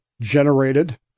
generated